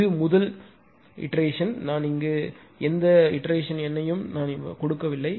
இது முதல் மறு செய்கை நான் இங்கு எந்த மறு செய்கை எண்ணையும் எழுதவில்லை